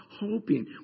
hoping